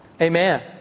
Amen